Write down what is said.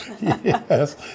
Yes